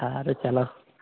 સારું ચાલો